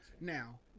Now